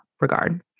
regard